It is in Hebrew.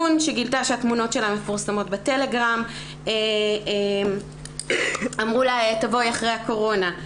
נ' שגילתה שהתמונות שלה מפורסמות בטלגרם - אמרו לה לבוא אחרי הקורונה.